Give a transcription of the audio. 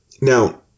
Now